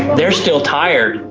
they're still tired.